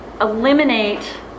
eliminate